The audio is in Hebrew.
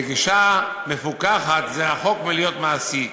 בגישה מפוכחת זה רחוק מלהיות מעשי,